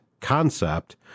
concept